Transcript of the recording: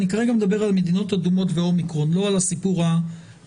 אני כרגע מדבר על מדינות אדומות ו-אומיקרון ולא על הסיפור הרחב.